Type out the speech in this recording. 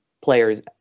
players